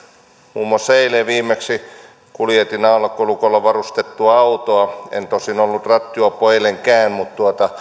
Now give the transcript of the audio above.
muun muassa eilen viimeksi kuljetin alkolukolla varustettua autoa en tosin ollut rattijuoppo eilenkään mutta